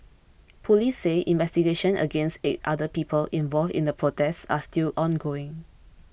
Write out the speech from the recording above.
police say investigations against eight other people involved in the protest are still ongoing